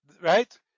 right